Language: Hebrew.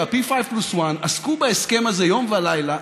וה-1+P5 עסקו בהסכם הזה יום ולילה,